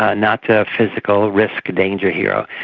ah not the physical risk danger hero,